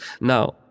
Now